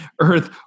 Earth